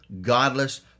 godless